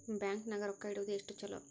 Bank ನಾಗ ರೊಕ್ಕ ಇಡುವುದು ಎಷ್ಟು ಚಲೋ?